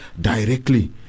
directly